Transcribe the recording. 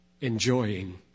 enjoying